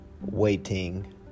Waiting